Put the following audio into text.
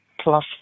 plus